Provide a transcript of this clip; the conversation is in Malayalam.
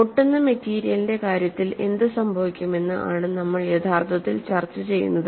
പൊട്ടുന്ന മെറ്റീരിയലിന്റെ കാര്യത്തിൽ എന്ത് സംഭവിക്കുമെന്ന് ആണ് നമ്മൾ യഥാർത്ഥത്തിൽ ചർച്ച ചെയ്യുന്നത്